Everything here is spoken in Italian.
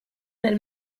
nel